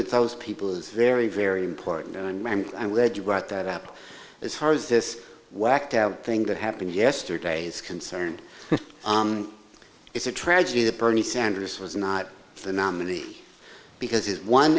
with those people is very very important i'm glad you brought that up as hard as this whacked out thing that happened yesterday is concerned it's a tragedy that bernie sanders was not the nominee because his one